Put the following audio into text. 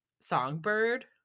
songbird